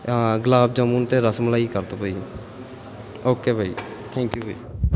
ਹਾਂ ਗੁਲਾਬ ਜਾਮੁਨ ਅਤੇ ਰਸਮਲਾਈ ਕਰ ਦਿਓ ਭਾਅ ਜੀ ਓਕੇ ਭਾਅ ਜੀ ਥੈਂਕ ਯੂ ਭਾਅ ਜੀ